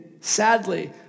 sadly